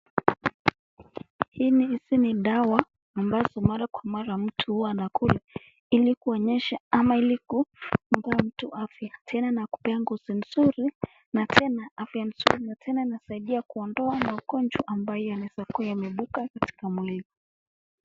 Hili hizi ni dawa ambazo mara kwa mara mtu anakula ili kuonyesha ama ili kumpa mtu afya tena inakupeya ngozi mzuri na tena afya nzuri na tena inasaididia kuondoa maugonjwa ambayo yanaweza kuwayameibuka katika mwili.